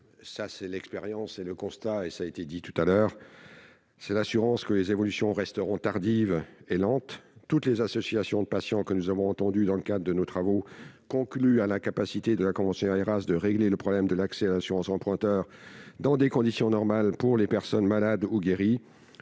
parle d'expérience -c'est là l'assurance que les évolutions resteront tardives et lentes. Toutes les associations de patients que nous avons entendues dans le cadre de nos travaux concluent à l'incapacité de la convention Aeras à régler le problème de l'accès à l'assurance emprunteur dans des conditions normales pour les personnes malades ou guéries.